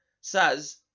says